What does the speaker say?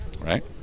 right